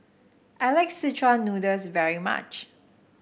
I like Szechuan Noodles very much